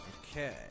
Okay